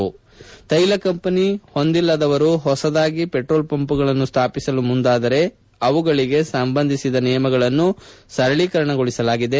ತ್ಯೆಲ company ಹೊಂದಿಲ್ಲದವರು ಹೊಸದಾಗಿ petrol ಪಂಪ್ಗಳನ್ನು ಸ್ಥಾಪಿಸಲು ಮುಂದಾದರೆ ಅವುಗಳಿಗೆ ಸಂಬಂಧಿಸಿದ ನಿಯಮಗಳನ್ನು ಸರಳೀಕರಣಗೊಳಿಸಲಾಗಿದೆ